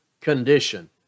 condition